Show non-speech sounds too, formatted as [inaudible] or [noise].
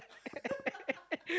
[laughs]